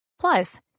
Plus